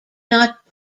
not